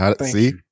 See